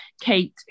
kate